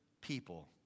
people